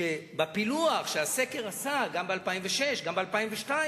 התברר שבפילוח שהסקר עשה גם ב-2006 וגם ב-2002,